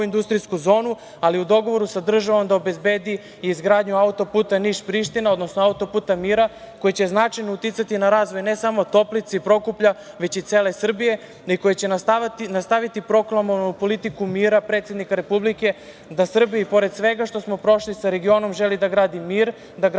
industrijsku zonu, ali i u dogovoru sa državom da obezbedi i izgradnju autoputa Niš – Priština, odnosno „autoput mira“ koji će značajno uticati na razvoj ne samo Toplice i Prokuplja, već i cele Srbije i koji će nastaviti proklamovanu politiku mira predsednika Republike da u Srbiji, pored svega što smo prošli sa regionom, želi da gradi mir, da gradi